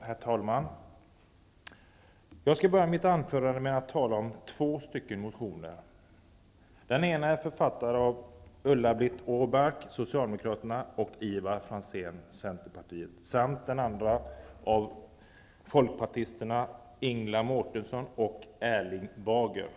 Herr talman! Jag tänker börja mitt anförande med att tala om två motioner. Den ena är författad av socialdemokraten Ulla-Britt Åbark och centerpartisten Ivar Franzén och den andra av folkpartisterna Ingela Mårtensson och Erling Bager.